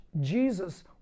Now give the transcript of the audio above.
Jesus